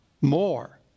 more